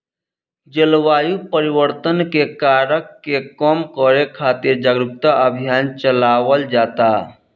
जलवायु परिवर्तन के कारक के कम करे खातिर जारुकता अभियान चलावल जाता